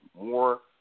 more